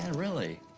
and really.